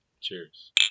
cheers